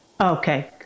Okay